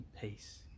peace